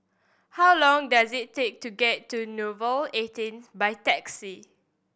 how long does it take to get to Nouvel eighteenth by taxi